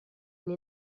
une